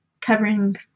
covering